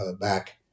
back